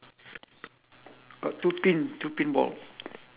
pink shirt s~ purple skirt something like that